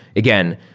again,